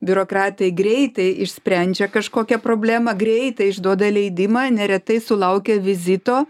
biurokratai greitai išsprendžia kažkokią problemą greitai išduoda leidimą neretai sulaukia vizito